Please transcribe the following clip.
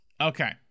Okay